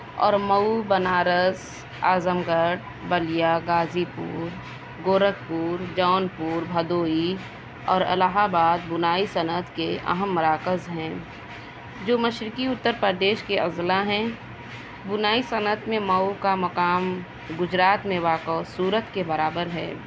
اور Mau Banaras Azamgarh Ballia Ghazipur Gorakhpur Jaunpur Bhadohi اور Allahabad بنائی صنعت کے اہم مراکز ہیں جو مشرقی اتر پردیش کے اضلاع ہیں بنائی صنعت میں مئو کا مقام گجرات میں واقع سورت کے برابر ہے